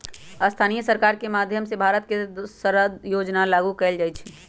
स्थानीय सरकार के माधयम से भारत के सारा योजना लागू कएल जाई छई